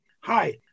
Hi